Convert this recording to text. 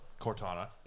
Cortana